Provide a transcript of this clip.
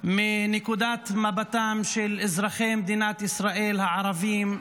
מנקודת מבטם של אזרחי מדינת ישראל הערבים,